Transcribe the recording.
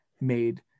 made